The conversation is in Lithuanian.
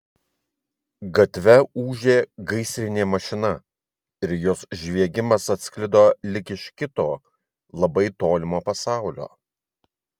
gatve ūžė gaisrinė mašina ir jos žviegimas atsklido lyg iš kito labai tolimo pasaulio